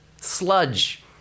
sludge